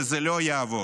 וזה לא יעבוד.